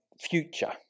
future